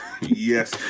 Yes